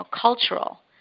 cultural